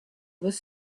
was